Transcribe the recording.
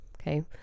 okay